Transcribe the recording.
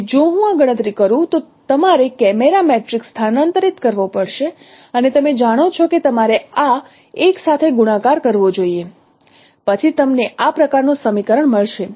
તેથી જો હું આ ગણતરી કરું તો તમારે કેમેરા મેટ્રિક્સ સ્થાનાંતરિત કરવો પડશે અને તમે જાણો છો કે તમારે આ l સાથે ગુણાકાર કરવો જોઈએ પછી તમને આ પ્રકારનું સમીકરણ મળશે